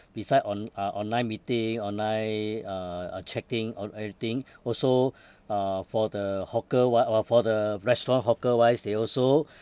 beside on~ uh online meeting online uh uh chatting or everything also uh for the hawker wi~ what for the restaurant hawker-wise they also